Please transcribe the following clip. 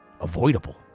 avoidable